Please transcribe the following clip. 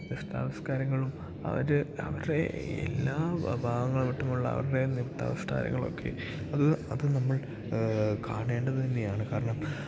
നൃത്താവിഷ്കാരങ്ങളും അവർ അവരുടെ എല്ലാ ഭാവങ്ങളിട്ടുമുള്ള അവരുടെ നൃത്താവിഷ്കാരങ്ങളൊക്കെ അത് അത് നമ്മൾ കാണേണ്ടത് തന്നെയാണ് കാരണം